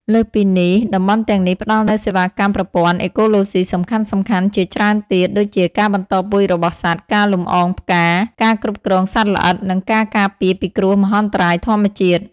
លើសពីនេះ តំបន់ទាំងនេះផ្តល់នូវសេវាកម្មប្រព័ន្ធអេកូឡូស៊ីសំខាន់ៗជាច្រើនទៀត ដូចជាការបន្តពូជរបស់សត្វ ការលំអងផ្កា ការគ្រប់គ្រងសត្វល្អិត និងការការពារពីគ្រោះមហន្តរាយធម្មជាតិ។